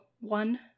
one